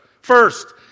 First